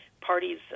parties